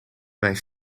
mijn